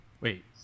Wait